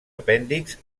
apèndixs